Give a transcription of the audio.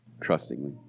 trustingly